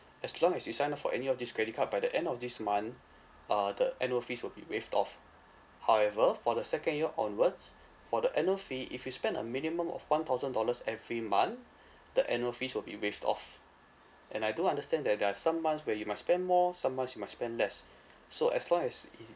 as long as you sign up for any of this credit card by the end of this month uh the annual fees will be waived off however for the second year onwards for the annual fee if you spend a minimum of one thousand dollars every month the annual fees will be waived off and I do understand that there are some months where you might spend more some months you might spend less so as long as is it